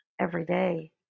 everyday